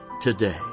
today